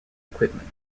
equipment